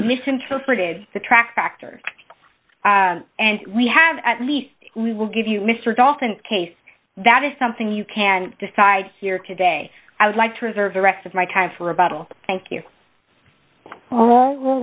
misinterpreted the tractor and we have at least we will give you mr dolphin case that is something you can decide here today i would like to reserve the rest of my time for a bottle thank you